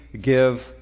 give